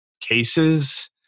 cases